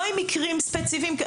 לא עם מקרים ספציפיים,